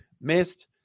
missed